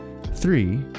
Three